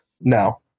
No